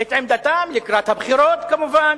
את עמדתם, לקראת הבחירות כמובן,